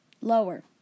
Lower